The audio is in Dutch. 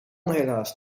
helaas